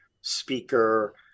Speaker